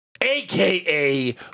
AKA